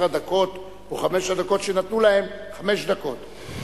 הדקות או חמש הדקות שנתנו להם חמש דקות,